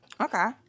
Okay